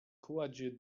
kładzie